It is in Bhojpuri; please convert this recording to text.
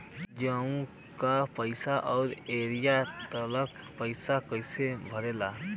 जीओ का पैसा और एयर तेलका पैसा कैसे भराला?